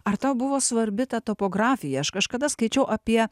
ar tau buvo svarbi ta topografija aš kažkada skaičiau apie